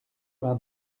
vingt